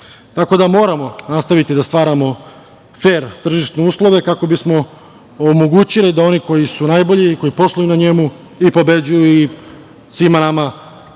Tako da moramo nastaviti da stvaramo fer tržišne uslove kako bismo omogućili da oni koji su najbolji i koji posluju na njemu i pobeđuju i svima nama i državi